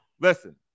Listen